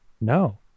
No